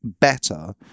better